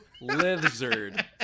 lizard